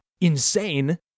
insane